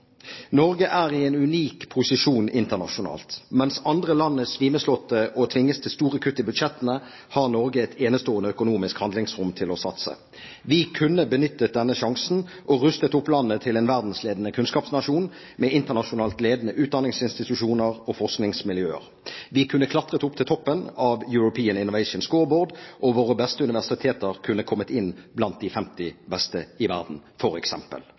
Norge er i en unik posisjon internasjonalt. Mens andre land er svimeslåtte og tvinges til store kutt i budsjettene, har Norge et enestående økonomisk handlingsrom til å satse. Vi kunne benyttet denne sjansen og rustet opp landet til en verdensledende kunnskapsnasjon med internasjonalt ledende utdanningsinstitusjoner og forskningsmiljøer. Vi kunne klatret opp til toppen av European Innovation Scoreboard, og våre beste universiteter kunne kommet inn blant de 50 beste i verden,